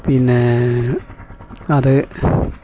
പിന്നെ അത്